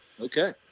okay